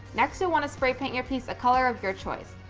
next, we want to spray-paint your piece a color of your choice.